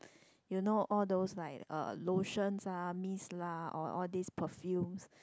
you know all those like uh lotions lah mist lah or all this perfumes